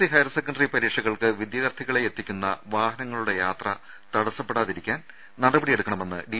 C higher secondary പരീക്ഷകൾക്ക് വിദ്യാർഥികളെ എത്തിക്കുന്ന വാഹനങ്ങളുടെ യാത്ര തടസ്സപ്പെടാതിരിക്കാൻ നടപടിയെടുക്കണമെന്ന് ഡി